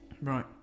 Right